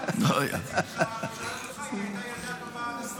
--- בממשלה שלך, כי הייתה ילדה טובה עד הסוף.